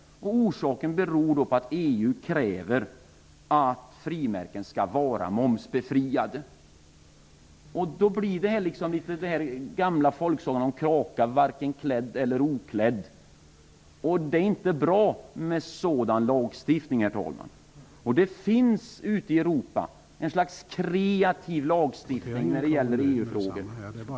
Orsaken är att EU kräver att frimärken skall vara momsbefriade. Den blir då liksom kråkan i den gamla folksagan, varken klädd eller oklädd, och det är inte bra med sådan lagstiftning, herr talman. Det finns ute i Europa ett slags kreativ lagstiftning när det gäller EU-frågor.